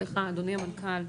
סליחה, אדוני המנכ"ל,